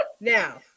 Now